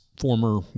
former